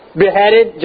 Beheaded